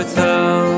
tell